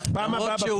האופוזיציה,